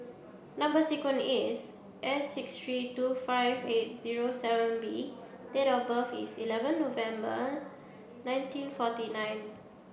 number sequence is S six three two five eight zero seven B and date of birth is eleven November nineteen forty nine